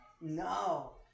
No